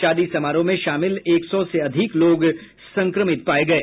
शादी समारोह में शामिल एक सौ से अधिक लोग संक्रमित पाये गये